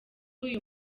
uyu